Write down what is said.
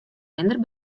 minder